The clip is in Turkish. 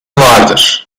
vardır